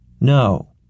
No